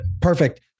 Perfect